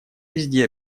везде